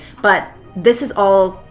but this is all,